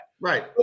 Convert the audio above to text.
Right